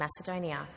Macedonia